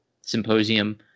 symposium